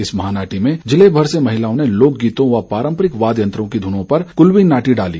इस महानाटी में जिले भर की लोकगीतों व पारम्परिक वाद्य यंत्रों की धुनों पर कुल्लवी नाटी डाली